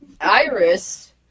Iris